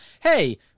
Hey